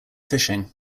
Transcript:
fishing